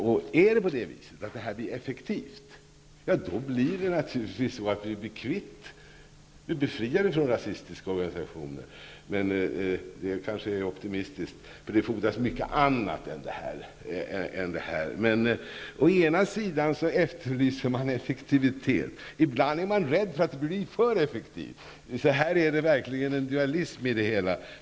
Blir det effektivt blir vi naturligtvis befriade från rasistiska organisationer. Men det är kanske optimistiskt att tro -- det fordras mycket annat än det här. Å ena sidan efterlyser man effektivitet, å andra sidan är man ibland rädd för att bli för effektiv, så här är det verkligen en dualism.